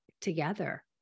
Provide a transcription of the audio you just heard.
together